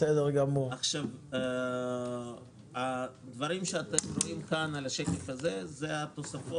בשקף הזה אתם רואים את התוספות